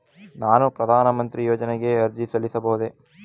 ನಾನು ಪ್ರಧಾನ ಮಂತ್ರಿ ಯೋಜನೆಗೆ ಅರ್ಜಿ ಸಲ್ಲಿಸಬಹುದೇ?